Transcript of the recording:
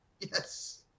Yes